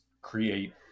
create